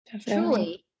truly